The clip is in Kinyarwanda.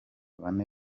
bane